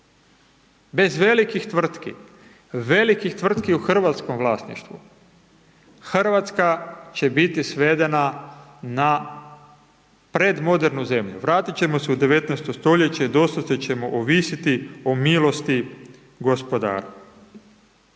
Bez velikih tvrtki, velikih tvrtki u hrvatskom vlasništvu, Hrvatska će biti svedena na predmodernu zemlju, vratit ćemo se u 19. stoljeće, doslovce ćemo ovisiti o milosti gospodara.